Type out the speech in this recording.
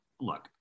look